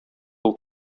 кул